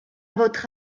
votre